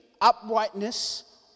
Uprightness